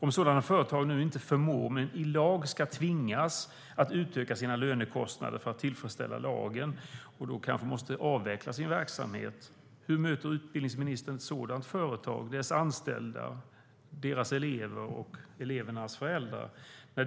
Om sådana företag inte förmår men i lag ska tvingas utöka sina lönekostnader för att tillfredsställa lagen och då kanske måste avveckla sin verksamhet, hur möter utbildningsministern ett sådant företag, dess anställda, elever och elevernas föräldrar?